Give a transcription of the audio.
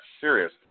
serious